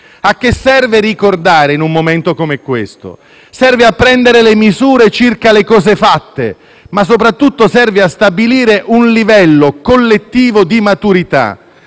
A che serve ricordare, in un momento come questo? Serve a prendere le misure circa le cose fatte, ma - soprattutto - a stabilire un livello collettivo di maturità,